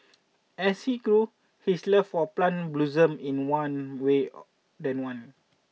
as he grew his love for plant blossomed in one way than one